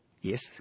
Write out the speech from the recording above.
Yes